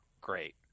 Great